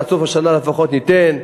עד סוף השנה לפחות ניתן,